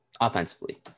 offensively